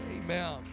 Amen